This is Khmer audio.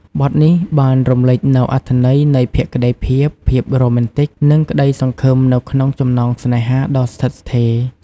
បទនេះបានរំលេចនូវអត្ថន័យនៃភក្តីភាព ភាពរ៉ូមែនទិក និងក្តីសង្ឃឹមនៅក្នុងចំណងស្នេហាដ៏ស្ថិតស្ថេរ។